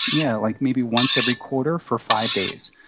yeah, like, maybe once every quarter for five days.